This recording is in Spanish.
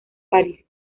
parís